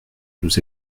nous